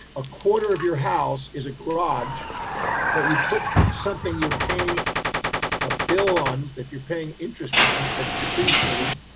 a quarter of your house is a garage that you've put something you're paying a bill on that you're paying interest on that's depreciating,